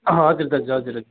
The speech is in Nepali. हजुर दाजु हजुर हजुर